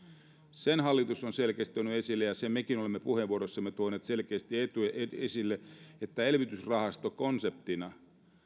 sen hallitus on selkeästi tuonut esille ja sen mekin olemme puheenvuoroissamme tuoneet selkeästi esille että elvytysrahasto konseptina